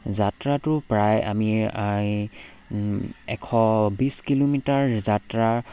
যাত্ৰাটো প্ৰায় আমি এশ বিছ কিলোমিটাৰ যাত্ৰা